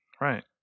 Right